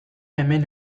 hemen